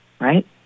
right